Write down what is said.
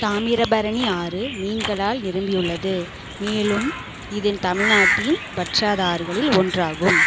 தாமிரபரணி ஆறு மீன்களால் நிரம்பியுள்ளது மேலும் இது தமிழ்நாட்டின் வற்றாத ஆறுகளில் ஒன்றாகும்